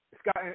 Scott